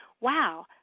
wow